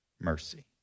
mercy